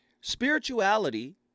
spirituality